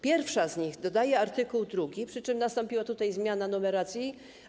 Pierwsza z nich dodaje art. 2, przy czym nastąpiła tutaj zmiana numeracji.